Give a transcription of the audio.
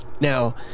now